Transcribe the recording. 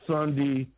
Sunday